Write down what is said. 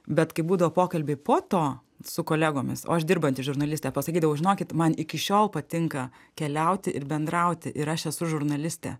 bet kai būdavo pokalbiai po to su kolegomis o aš dirbanti žurnalistė pasakydavau žinokit man iki šiol patinka keliauti ir bendrauti ir aš esu žurnalistė